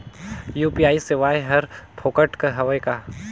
UPI सेवाएं हर फोकट हवय का?